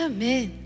Amen